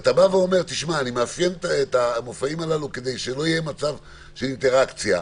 ואתה אומר אני מאפיין את המופעים כדי שלא יהיה מצב של אינטראקציה,